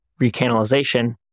recanalization